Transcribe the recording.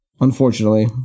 unfortunately